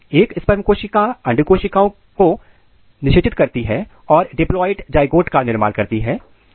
एक स्पर्म कोशिका अंड कोशिकाओं को को निश्चित करती है और डिप्लॉयड जाएगोट का निर्माण करती है